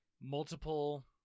multiple